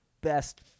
best